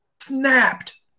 snapped